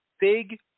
big